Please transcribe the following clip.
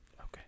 okay